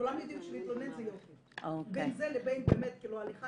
כולם יודעים שלהתלונן זה --- בין זה לבין באמת הליכה